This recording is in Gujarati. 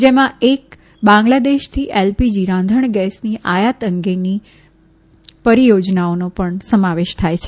જેમાં એક બાંગ્લાદેશથી એલપીજી રાધણગેસની આયાત અંગેની પરિયોજનાઓનો પણ સમાવેશ થાય છે